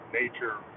nature